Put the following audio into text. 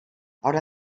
haurà